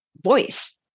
voice